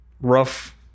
rough